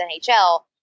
NHL